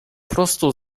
prostu